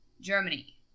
Germany